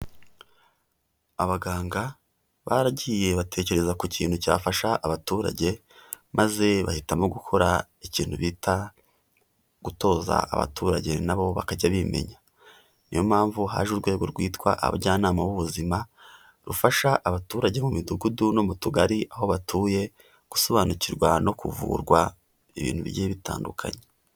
Abaganga baragiye batekereza ku kintu cyafasha abaturage, maze bahitamo gukora ikintu bita gutoza abaturage nabo bakajya bimenya. Ni yo mpamvu haje urwego rwitwa abajyanama b'ubuzima, rufasha abaturage mu midugudu no mu tugari aho batuye gusobanukirwa no kuvurwa ibintu bigiye bitandukanye.